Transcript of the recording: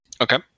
Okay